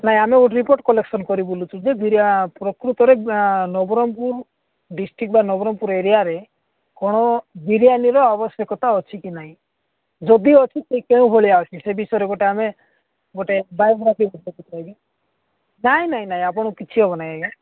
ନାଇଁ ଆମେ ଗୋଟ ରିପୋର୍ଟ କଲେକ୍ସନ କରି ବୁଲୁଛୁ ଯେ ପ୍ରକୃତରେ ନବରଙ୍ଗପୁର ଡିଷ୍ଟ୍ରିକ୍ଟ ବା ନବରଙ୍ଗପୁର ଏରିଆରେ କ'ଣ ବିରିୟାନିର ଆବଶ୍ୟକତା ଅଛି କି ନାହିଁ ଯଦି ଅଛି ସେ କେଉଁ ଭଳିଆ ଅଛି ସେ ବିଷୟରେ ଗୋଟେ ଆମେ ଗୋଟେ ବାୟୋଗ୍ରାଫି ନାଇଁ ନାଇଁ ନାଇଁ ଆପଣ କିଛି ହେବ ନାହିଁ ଆଜ୍ଞା